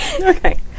Okay